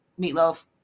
meatloaf